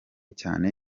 cyane